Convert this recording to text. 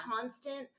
constant